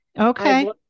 Okay